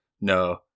No